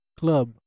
club